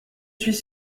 suis